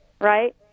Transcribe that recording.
right